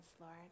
Lord